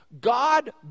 God